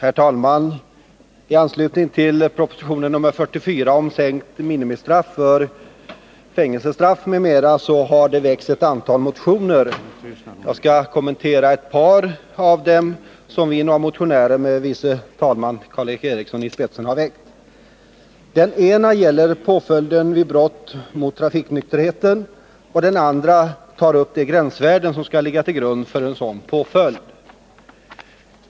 Fru talman! I anslutning till proposition nr 44 om sänkt minimitid för fängelsestraff m.m. har det väckts ett antal motioner. Jag skall kommentera ett par av dem, som vi, några motionärer med vice talmannen Karl Erik Eriksson i spetsen, har väckt. Den ena gäller påföljden vid brott mot trafiknykterheten, och den andra motionen tar upp de gränsvärden som skall ligga till grund för en sådan påföljd.